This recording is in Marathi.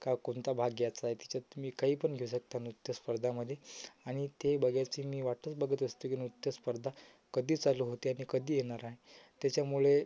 का कोणता भाग घ्यायचा आहे त्याच्यात तुम्ही काही पण घेऊ शकता नृत्यस्पर्धामध्ये आणि ते बघायची मी वाटच बघत असतो की नृत्यस्पर्धा कधी चालू होते आणि कधी येणार आहे त्याच्यामुळे